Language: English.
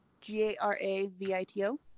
G-A-R-A-V-I-T-O